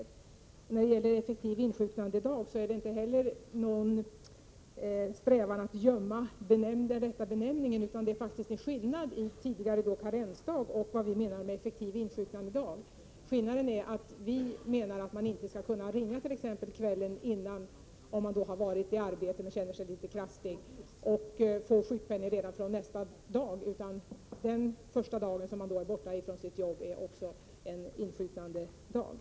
Inte heller när det gäller effektiv insjuknandedag är det vår strävan att gömma den rätta benämningen, utan det är faktiskt en skillnad mellan den tidigare karensdagen och vad vi menar med effektiv insjuknandedag. Skillnaden är att vi menar att man inte skall kunna ringa t.ex. kvällen innan om man har varit i arbete men känner sig litet krasslig och få sjukpenning redan från nästa dag, utan den första dagen man är borta från sitt arbete är också insjuknandedagen.